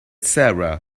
sarah